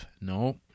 No